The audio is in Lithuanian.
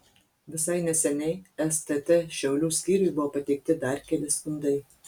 visai neseniai stt šiaulių skyriui buvo pateikti dar keli skundai